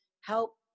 help